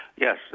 Yes